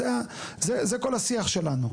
זה כל השיח שלנו.